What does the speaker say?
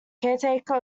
caretaker